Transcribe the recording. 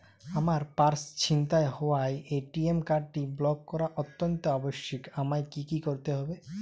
আমার পার্স ছিনতাই হওয়ায় এ.টি.এম কার্ডটি ব্লক করা অত্যন্ত আবশ্যিক আমায় কী কী করতে হবে?